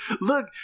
look